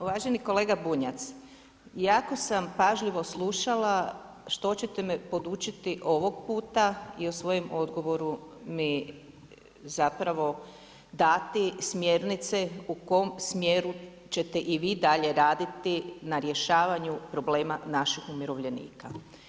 Uvaženi kolega Bunjac, jako sam pažljivo slušala što ćete me podučiti ovog puta i u svojem odgovoru mi zapravo dati smjernice u kom smjeru ćete i vi dalje raditi na rješavanju problema naših umirovljenika.